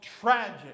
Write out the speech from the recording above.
tragic